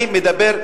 ולכן אני מדבר,